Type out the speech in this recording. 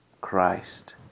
Christ